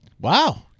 Wow